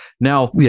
Now